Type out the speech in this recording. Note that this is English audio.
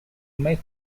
made